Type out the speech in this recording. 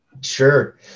Sure